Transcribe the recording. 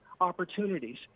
opportunities